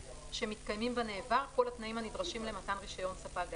שמתקיימים בנעבר כל התנאים הנדרשים למתן רישיון ספק גז.